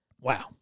wow